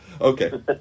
Okay